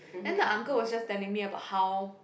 then the uncle was just telling me about how